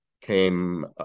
came